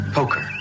Poker